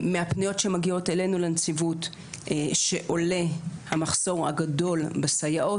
מהפניות שמגיעות אלינו לנציבות עולה המחסור הגדול בסייעות.